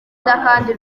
kandi